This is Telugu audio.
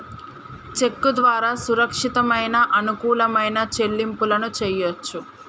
చెక్కు ద్వారా సురక్షితమైన, అనుకూలమైన చెల్లింపులను చెయ్యొచ్చు